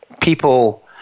people